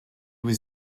was